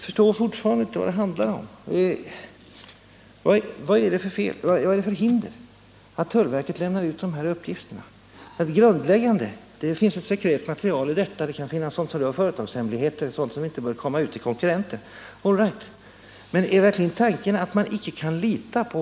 Herr talman! Jag har svarat Carl Lidbom på denna fråga att när det gäller tullen och skattemyndigheterna är bedömningen O. K. Däremot finns det ett stort antal myndigheter som från andra utgångspunkter än skattemyndigheternas har begärt att få ta del av det här materialet.